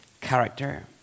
character